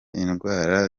indwara